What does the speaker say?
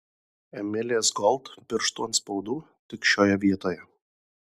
emilės gold pirštų atspaudų tik šioje vietoje